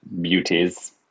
beauties